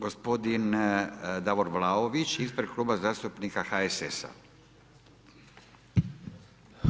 Gospodin Davor Vlaović, ispred Kluba zastupnika HSS-a.